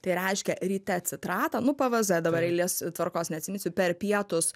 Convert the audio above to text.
tai reiškia ryte citratą nu pvz dabar eilės tvarkos neatsiimsiu per pietus